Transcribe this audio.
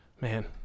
man